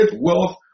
wealth